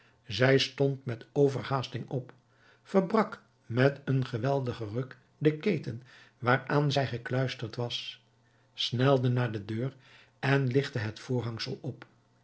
zij stond met overhaasting op verbrak met een geweldigen ruk de keten waaraan zij gekluisterd was snelde naar de deur en ligtte het voorhangsel op